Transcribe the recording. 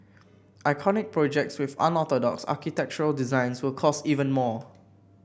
iconic projects with unorthodox architectural designs will cost even more